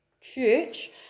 church